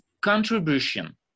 contribution